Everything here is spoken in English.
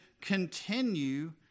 continue